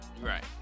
Right